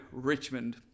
Richmond